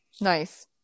Nice